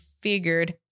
figured